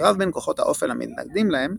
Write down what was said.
בקרב בין כוחות האופל למתנגדים להם,